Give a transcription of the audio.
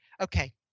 Okay